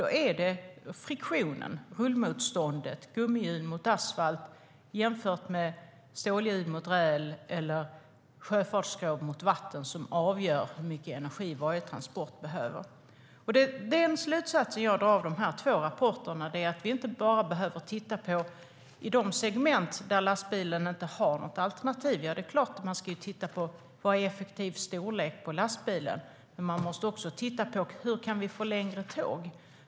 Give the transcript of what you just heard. Det är friktionen, rullmotståndet - gummihjul mot asfalt jämfört med stålhjul mot räl eller skrov mot vatten - som avgör hur mycket energi varje transport behöver. Den slutsats jag drar av de här två rapporterna är att vi inte bara behöver titta på de segment där lastbilen inte har något alternativ. Det är klart att man ska titta på vad som är en effektiv storlek på en lastbil. Men man måste också titta på hur vi kan få längre tåg.